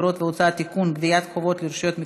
אגרות והוצאות (תיקון מס' 18 והוראת שעה),